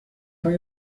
های